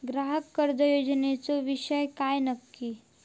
ग्राहक कर्ज योजनेचो विषय काय नक्की?